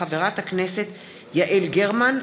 מאת חברי הכנסת יעל גרמן,